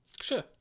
sure